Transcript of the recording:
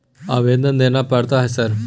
आवेदन देना पड़ता है सर?